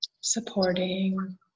supporting